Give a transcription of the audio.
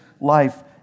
life